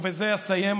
ובזה אסיים,